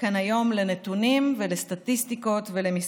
כאן היום לנתונים ולסטטיסטיקות ולמספרים.